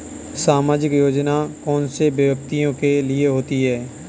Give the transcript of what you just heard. सामाजिक योजना कौन से व्यक्तियों के लिए होती है?